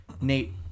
Nate